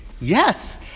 Yes